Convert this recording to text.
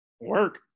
work